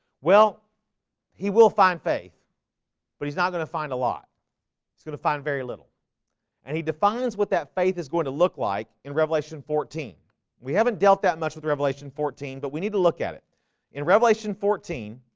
well he will find faith but he's not gonna find a lot he's gonna find very little and he defines what that faith is going to look like in revelation fourteen we haven't dealt that much with revelation fourteen, but we need to look at it in revelation fourteen